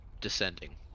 descending